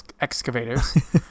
Excavators